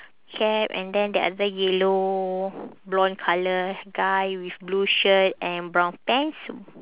cap and then the other yellow blonde colour guy with blue shirt and brown pants